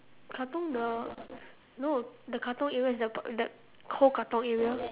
katong the no the katong area is the the whole katong area